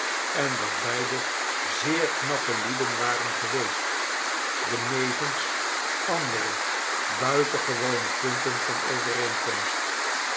en dat beide zeer knappe lieden waren geweest benevens andere buitengewone punten van overeenkomst